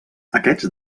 aquests